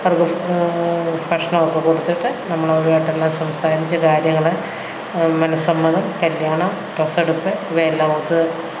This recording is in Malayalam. അവർക്ക് ഭക്ഷണമൊക്കെ കൊടുത്തിട്ട് നമ്മള് അവരുമായിട്ട് എല്ലാം സംസാരിച്ച് കാര്യങ്ങള് മനസ്സമ്മതം കല്യാണം ഡ്രസ്സ് എടുപ്പ് ഇവയെല്ലാം